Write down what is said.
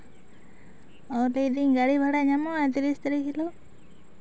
ᱞᱟᱹᱭᱫᱟᱹᱧ ᱜᱟᱹᱰᱤ ᱵᱷᱟᱲᱟ ᱧᱟᱢᱚᱜᱼᱟ ᱛᱤᱨᱤᱥ ᱛᱟᱨᱤᱠᱷ ᱦᱤᱞᱳᱜ